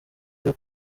byo